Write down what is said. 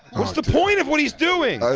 what's the point of what he's doing?